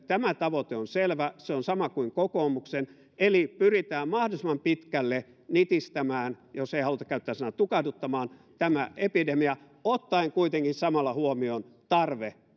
tämä hallituksen tavoite on selvä se on sama kuin kokoomuksen eli pyritään mahdollisimman pitkälle nitistämään jos ei haluta käyttää sanaa tukahduttamaan tämä epidemia ottaen kuitenkin samalla huomioon tarve